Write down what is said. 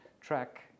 track